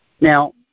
Now